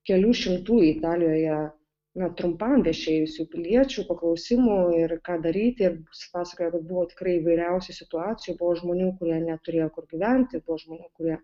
kelių šimtų italijoje na trumpam viešėjusių piliečių paklausimų ir ką daryti pasakojo kad buvo tikrai įvairiausių situacijų buvo žmonių kurie neturėjo kur gyventi buvo žmonių kurie